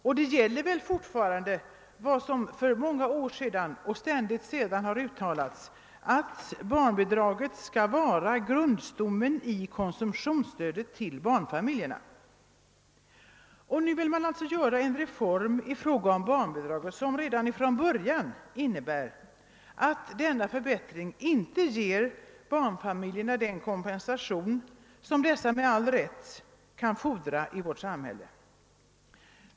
Den förutsättning som fastlades för många år sedan och som man sedan dess ständigt uttalat sig för, nämligen att barnbidraget skall vara grundstommen i konsumtionsstödet till barnfamiljerna, gäller väl fortfarande. Man vill nu genomföra en förbättring av barnbidraget, som dock redan från början innebär att barnfamiljerna inte får den kompensation som de med all rätt kan fordra i vårt samhälle.